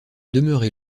demeurer